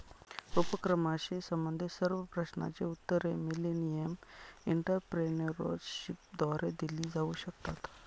उपक्रमाशी संबंधित सर्व प्रश्नांची उत्तरे मिलेनियम एंटरप्रेन्योरशिपद्वारे दिली जाऊ शकतात